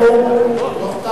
הוא פה.